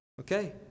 Okay